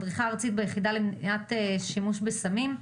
מדריכה ארצית ביחידה למניעת שימוש בסמים.